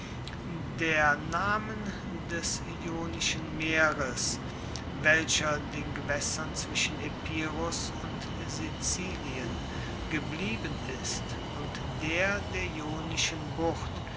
der namen des ionischen meeres welcher den gewaessern zwischen epirus und sizilien geblieben ist und der der ionischen bucht